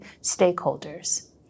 stakeholders